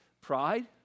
Pride